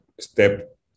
step